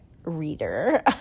reader